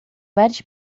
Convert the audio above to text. várias